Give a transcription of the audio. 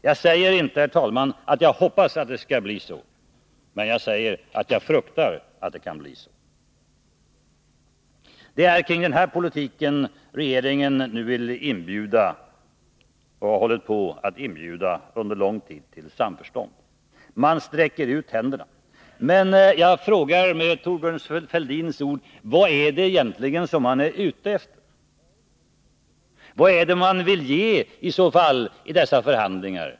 Jag säger inte, herr talman, att jag hoppas att det skall bli så, men jag säger att jag fruktar att det kan bli så. Det är kring den här politiken regeringen vill inbjuda, och under lång tid har hållit på att inbjuda, till samförstånd. Man sträcker ut händerna. Men jag frågar med Thorbjörn Fälldins ord: Vad är det egentligen man är ute efter? Vad är det man vill ge i så fall i dessa förhandlingar?